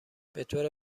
بطور